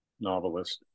novelist